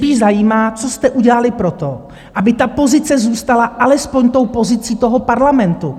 Mě spíš zajímá, co jste udělali pro to, aby ta pozice zůstala alespoň pozicí toho parlamentu.